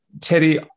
teddy